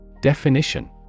Definition